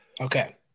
Okay